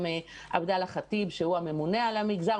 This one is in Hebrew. עבדאללה ח'טיב שהוא הממונה על המגזר.